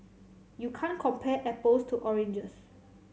you can't compare apples to oranges